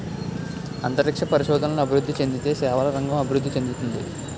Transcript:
అంతరిక్ష పరిశోధనలు అభివృద్ధి చెందితే సేవల రంగం అభివృద్ధి చెందుతుంది